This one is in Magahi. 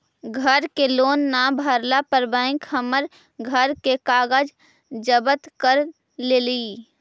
घर के लोन न भरला पर बैंक हमर घर के कागज जब्त कर लेलई